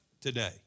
today